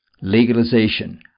legalization